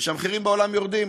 וכשהמחירים בעולם יורדים,